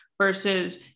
versus